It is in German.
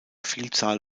vielzahl